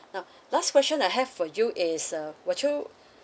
now last question I have for you is uh would you